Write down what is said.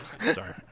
Sorry